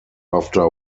after